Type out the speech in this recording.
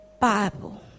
Bible